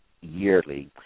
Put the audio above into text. yearly